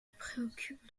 préoccupe